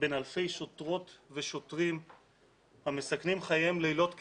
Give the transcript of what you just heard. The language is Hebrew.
בין אלפי שוטרות ושוטרים המסכנים חייהם לילות כימים,